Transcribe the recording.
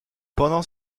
pendant